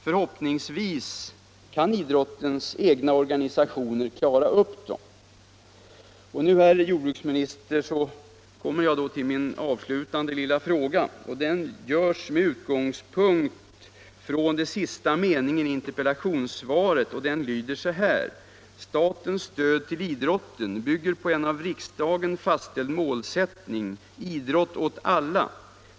Förhoppningsvis kan idrottens egna organisationer klara upp dem. Och nu, herr jordbruksminister, kommer jag till min avslutande fråga. Den ställs med utgångspunkt från den sista meningen i interpellationssvaret, som lyder: ”Statens stöd till idrotten bygger på en av riksdagen fastställd målsättning — idrott åt alla.